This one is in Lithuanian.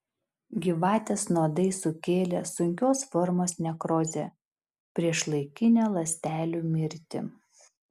gyvatės nuodai sukėlė sunkios formos nekrozę priešlaikinę ląstelių mirtį